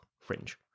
Fringe